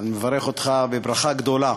אני מברך אותך בברכה גדולה,